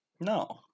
No